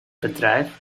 bedrijf